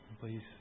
please